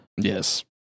Yes